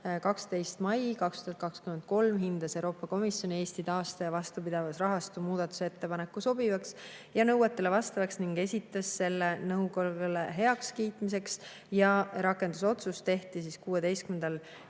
12. mail 2023. aastal hindas Euroopa Komisjon Eesti taaste- ja vastupidavusrahastu muudatusettepaneku sobivaks ja nõuetele vastavaks ning esitas selle nõukogule heakskiitmiseks. Rakendusotsus tehti 16.